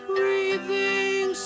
Breathing